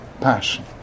passion